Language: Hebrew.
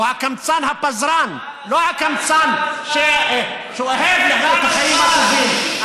הוא הקמצן הפזרן שאוהב את החיים הטובים.